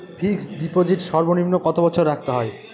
Fixed deposit সর্বনিম্ন কত বছর রাখতে হয়?